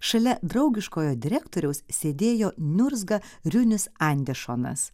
šalia draugiškojo direktoriaus sėdėjo niurzga riunis andešonas